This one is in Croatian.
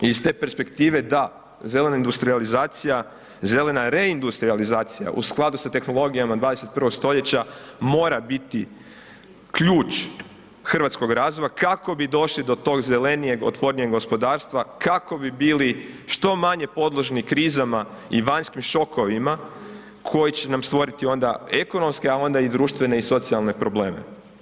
I s te perspektive, da, zelena industrijalizacija, zelena reindustrijalizacija u skladu sa tehnologijama 21. st. mora biti ključ hrvatskog razvoja kako bi došli do tog zelenijeg, otpornijeg gospodarstva, kako bi bili što manje podložni krizama i vanjskim šokovima koji će nam stvoriti onda ekonomske a onda i društvene i socijalne probleme.